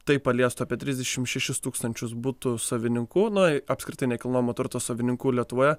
tai paliestų apie trisdešimt šešis tūkstančius butų savininkų na ir apskritai nekilnojamo turto savininkų lietuvoje